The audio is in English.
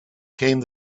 came